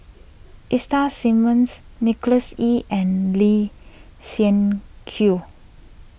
Simmons Nicholas Ee and Lee Siak Kew